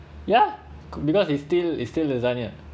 ya because it's still it's still lasagna